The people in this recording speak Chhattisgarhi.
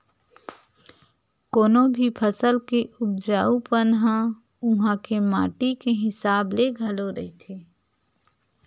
कोनो भी फसल के उपजाउ पन ह उहाँ के माटी के हिसाब ले घलो रहिथे